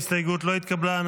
ההסתייגות לא התקבלה.